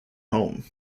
home